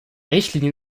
richtlinie